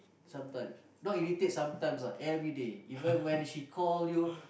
sometimes not irritate sometimes lah everyday when she call you